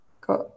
got